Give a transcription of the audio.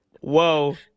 Whoa